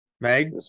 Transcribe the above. Meg